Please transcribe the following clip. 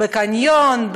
בקניון,